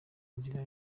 inzira